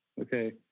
Okay